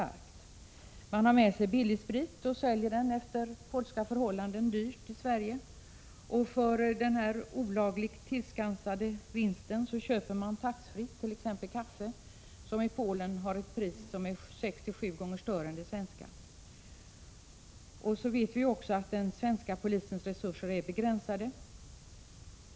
Resenären har med sig polsk sprit och säljer den — efter polska förhållanden — dyrt i Sverige. För den olagligt tillskansade vinsten köper han skattefritt t.ex. kaffe, vars pris är sex till sju gånger högre i Polen än i Sverige. Vi vet också att den svenska polisens resurser är begränsade.